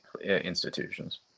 institutions